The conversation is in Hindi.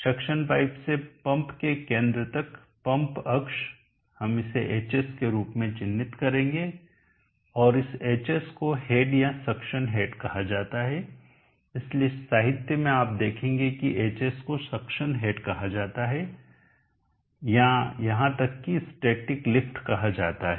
सक्शन पाइप से पंप के केंद्र तक पंप अक्ष हम इसे hs के रूप में चिह्नित करेंगे और इस hs को हेड या सक्शन हेड कहा जाता है इसलिए साहित्य में आप देखेंगे कि hs को सक्शन हेड कहा जाता है या यहां तक कि स्टैटिक लिफ्ट कहा जाता है